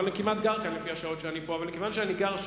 מכיוון שאני גר,